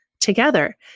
together